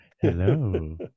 Hello